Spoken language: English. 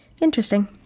Interesting